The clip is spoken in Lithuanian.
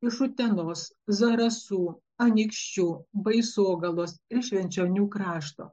iš utenos zarasų anykščių baisogalos ir švenčionių krašto